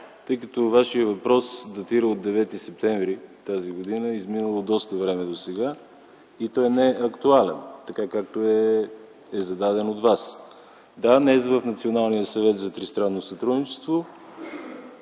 тъй като Вашият въпрос датира от 9 септември т.г. и е изминало доста време досега, той не е актуален, така както е зададен от Вас. Да, днес в Националния съвет за тристранно сътрудничество